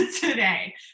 today